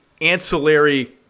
ancillary